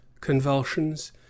convulsions